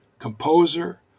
composer